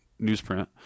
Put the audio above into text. newsprint